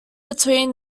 between